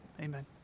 amen